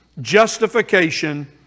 justification